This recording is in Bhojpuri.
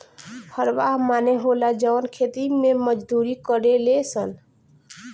हरवाह माने होला जवन खेती मे मजदूरी करेले सन